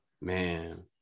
man